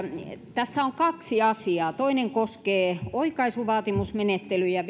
tässä on kaksi asiaa toinen koskee oikaisuvaatimusmenettelyjä